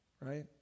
Right